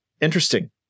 Interesting